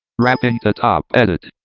wrap into top. edit.